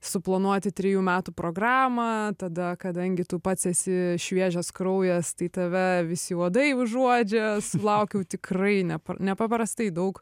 suplanuoti trijų metų programą tada kadangi tu pats esi šviežias kraujas tai tave visi uodai užuodžia sulaukiau tikrai ne nepaprastai daug